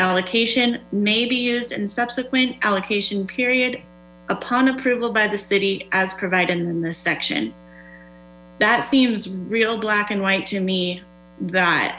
allocation may be used in subsequent allocation period upon approval by the city as provided in this sectn n that seems real bckck and white to me